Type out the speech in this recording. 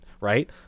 Right